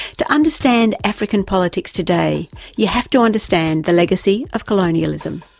to understand african politics today you have to understand the legacy of colonialism.